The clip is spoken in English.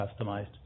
customized